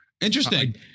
Interesting